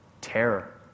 terror